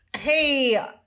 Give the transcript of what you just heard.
hey